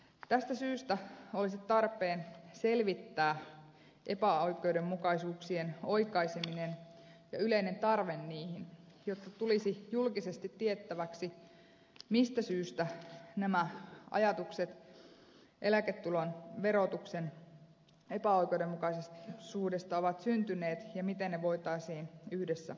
tästä syystä olisi tarpeen selvittää epäoikeudenmukaisuuksien oikaiseminen ja yleinen tarve niihin jotta tulisi julkisesti tiettäväksi mistä syystä nämä ajatukset eläketulon verotuksen epäoikeudenmukaisuudesta ovat syntyneet ja miten ne voitaisiin yhdessä korjata